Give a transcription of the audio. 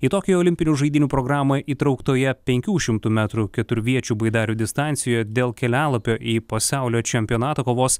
į tokijo olimpinių žaidynių programą įtrauktoje penkių šimtų metrų keturviečių baidarių distancijoje dėl kelialapio į pasaulio čempionatą kovos